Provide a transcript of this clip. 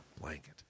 blanket